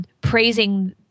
praising